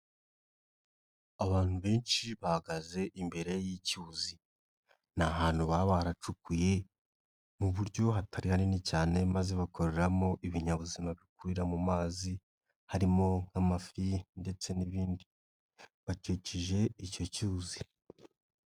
Abantu benshi bahagaze imbere y'icyuzi. Ni ahantu baba baracukuye mu buryo hatari hanini cyane maze bakoreramo ibinyabuzima bikurira mu mazi, harimo nk'amafi ndetse n'ibindi. Bakikije icyo cyuzi.